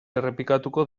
errepikatuko